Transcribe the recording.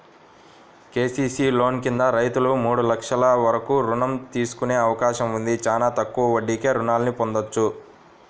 KCC loan కింద రైతులు మూడు లక్షల వరకు రుణం తీసుకునే అవకాశం ఉంది, చానా తక్కువ వడ్డీకే రుణాల్ని పొందొచ్చు